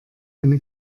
eine